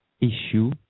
issue